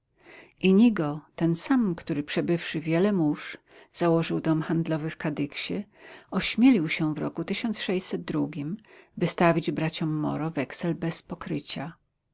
ińigo ten sam który przebywszy wiele mórz założył dom handlowy w kadyksie ośmielił się w drugim wystawić braciom moro weksel bez pokrycia